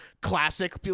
classic